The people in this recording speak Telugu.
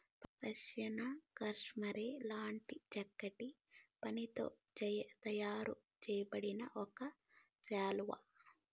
పష్మీనా కష్మెరె లాంటి చక్కటి ఉన్నితో తయారు చేయబడిన ఒక శాలువా